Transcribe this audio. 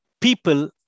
people